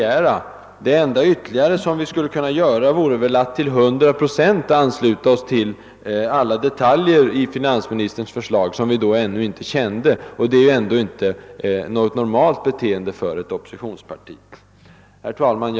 Det enda ytterligare som vi skulle kunna ha gjort vore väl att till 100 procent ansluta oss till alla detaljer i finansministerns förslag, som vi då ännu inte kände till. Det är inte något normalt beteende för ett oppositionsparti. Herr talman!